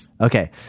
Okay